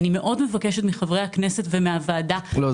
אני מאוד מבקשת מחברי הכנסת ומהוועדה --- לא,